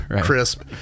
crisp